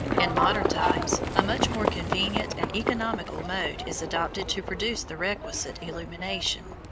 in modern times, a much more convenient and economical mode is adopted to produce the requisite illumination.